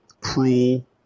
cruel